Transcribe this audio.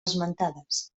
esmentades